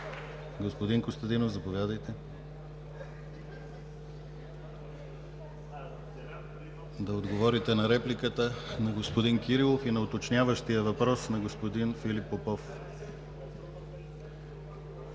Господин Костадинов, заповядайте да отговорите на репликата на господин Кирилов и на уточняващия въпрос на господин Филип Попов.